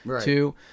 Two